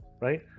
right